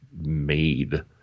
made